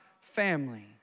family